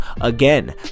Again